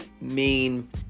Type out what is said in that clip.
main